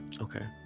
Okay